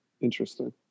Interesting